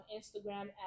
Instagram